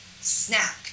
snack